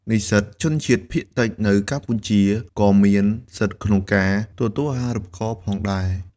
និស្សិតជនជាតិភាគតិចនៅកម្ពុជាក៏មានសិទ្ធិក្នុងការទទួលអាហារូបករណ៍ផងដែរ។